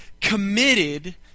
committed